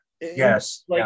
Yes